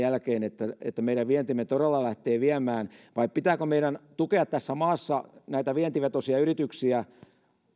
jälkeen meidän vientimme todella vetämään vai pitääkö meidän tukea tässä maassa näitä vientivetoisia yrityksiä